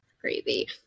crazy